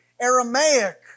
Aramaic